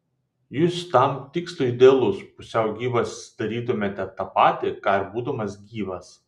jūs tam tikslui idealus pusiau gyvas darytumėte tą patį ką ir būdamas gyvas